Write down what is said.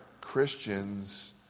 Christians